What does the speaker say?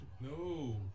No